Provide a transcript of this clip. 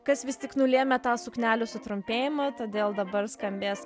kas vis tik nulėmė tą suknelių sutrumpėjimą todėl dabar skambės